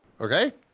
Okay